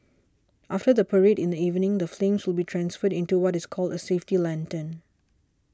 after the parade in the evening the flames will be transferred into what is called a safety lantern